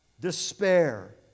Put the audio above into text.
despair